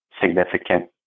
significant